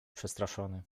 przestraszony